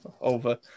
over